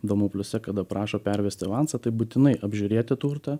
domo pliuse kada prašo pervesti avansą tai būtinai apžiūrėti turtą